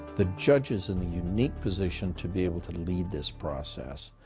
the judge is in a unique position to be able to lead this process,